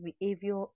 behavior